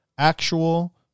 Actual